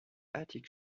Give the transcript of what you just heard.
attic